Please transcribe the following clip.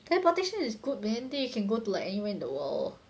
teleportation is good man then you can go to like anywhere in the world